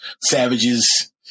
savages